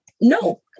no